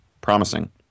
promising